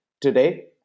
Today